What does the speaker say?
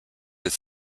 that